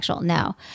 no